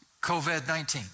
COVID-19